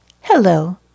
Hello